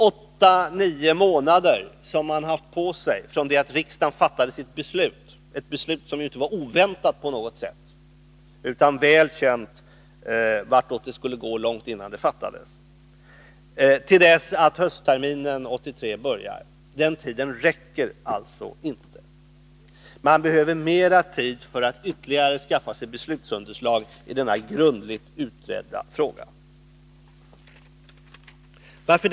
Åtta nio månader har man haft på sig efter det att riksdagen fattat sitt beslut — ett beslut som ju inte på något sätt var oväntat, utan det var väl känt åt vilket håll det lutade långt innan beslutet var fattat — och fram till dess att höstterminen 1983 börjar. Men den tiden räcker alltså inte. Man behöver mera tid för att skaffa sig ytterligare beslutsunderlag i denna grundligt utredda fråga. Varför?